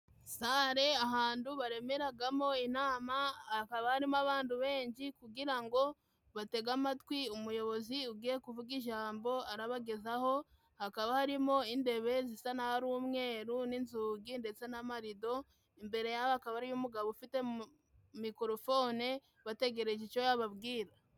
Sale ahandu baremeragamo inama. Hakaba harimo abandu benji, kugira ngo batege amatwi umuyobozi ugiye kuvuga ijambo arabagezaho. Hakaba harimo indebe zisa n'aho ari umweru, n'inzugi ,ndetse n'amarido. Imbere yabo akaba ariyo umugabo ufite mikorofone, bategereje icyo yababwira.